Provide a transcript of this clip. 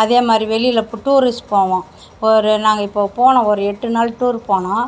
அதேமாதிரி வெளியில் இப்போ டூரிஸ் போவோம் இப்போது ஒரு நாங்கள் இப்போது போனோம் ஒரு எட்டுநாள் டூரு போனோம்